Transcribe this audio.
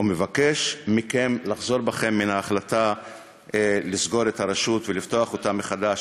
ומבקש מכם לחזור בכם מן ההחלטה לסגור את הרשות ולפתוח אותה מחדש,